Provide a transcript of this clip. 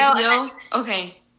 Okay